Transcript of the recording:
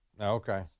Okay